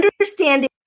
understanding